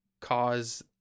cause